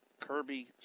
Kirby